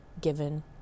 given